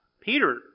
Peter